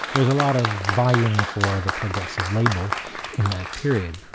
there's a lot of vying for the progressive label in that period.